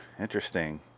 Interesting